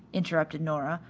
interrupted nora,